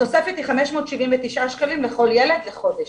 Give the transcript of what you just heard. התוספת היא 579 שקלים לכל ילד לחודש.